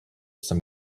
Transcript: some